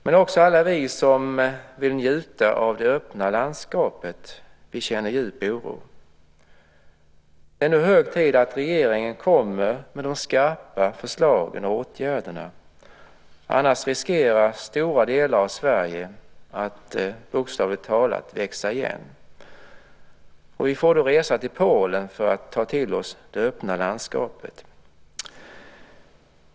Men också alla vi som vill njuta av det öppna landskapet känner djup oro. Det är nu hög tid att regeringen kommer med de skarpa förslagen och åtgärderna, annars riskerar stora delar av Sverige att bokstavligt talat växa igen. Vi får då resa till Polen för att ta till oss det öppna landskapet.